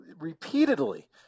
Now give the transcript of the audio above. repeatedly –